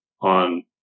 on